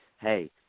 hey